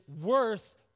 worth